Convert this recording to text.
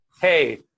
Hey